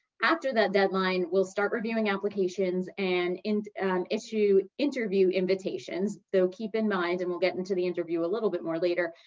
after that deadline, we'll start reviewing applications and and issue interview invitations though, keep in mind, and we'll get into the interview a little bit more later.